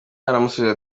aramusubiza